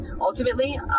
Ultimately